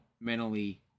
mentally